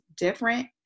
different